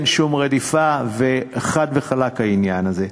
אין שום רדיפה וחד וחלק העניין הזה.